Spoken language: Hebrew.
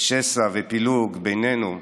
שסע ופילוג בינינו,